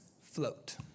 float